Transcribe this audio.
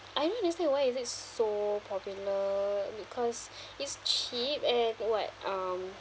I don't understand why is it so popular because it's cheap and what um